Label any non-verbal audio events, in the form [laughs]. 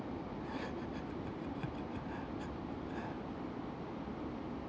[laughs]